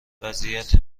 وضعیت